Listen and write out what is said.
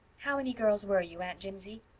how many girls were you, aunt jimsie?